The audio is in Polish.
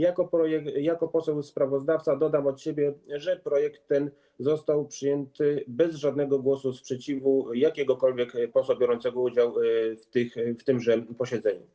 Jako poseł sprawozdawca dodam od siebie, że projekt ten został przyjęty bez żadnego głosu sprzeciwu jakiegokolwiek posła biorącego udział w tymże posiedzeniu.